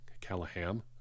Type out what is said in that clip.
Callahan